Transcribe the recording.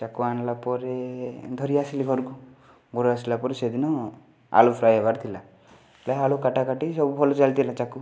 ଚାକୁ ଆଣିଲା ପରେ ଧରି ଆସିଲି ଘରକୁ ଘରୁ ଆସିଲାପରେ ସେଦିନ ଆଳୁ ଫ୍ରାଏ ହେବାର ଥିଲା ଯାହା ଆଳୁ କାଟା କାଟି ସବୁ ଭଲ ଚାଲିଥିଲା ଚାକୁ